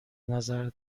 نظر